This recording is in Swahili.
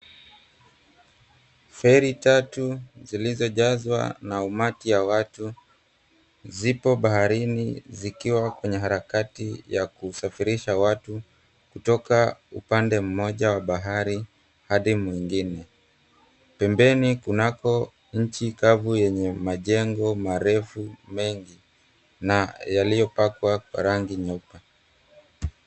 Feri tatu zilizojazwa na umati ya watu, zipo baharini zikiwa kwenye harakati ya kusafirisha watu kutoka upande mmoja wa bahari hadi mwingine. Pembeni kunako nchi kavu yenye majengo marefu mengi na yaliyopakwa rangi nyeupe.